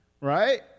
Right